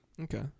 Okay